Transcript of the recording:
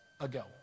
ago